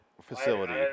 facility